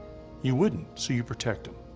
you wouldn't, so you protect him.